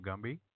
Gumby